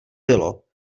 bylo